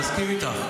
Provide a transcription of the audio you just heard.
אני מסכים איתך.